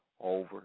over